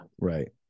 right